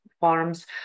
farms